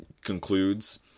concludes